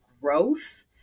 growth